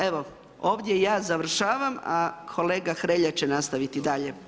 Evo ovdje ja završavam, a kolega Hrelja će nastaviti dalje.